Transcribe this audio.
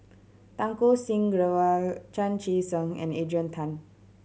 Santokh Singh Grewal Chan Chee Seng and Adrian Tan